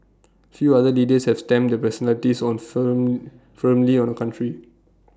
few other leaders have stamped their personalities on firm firmly on A country